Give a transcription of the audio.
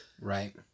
Right